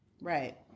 Right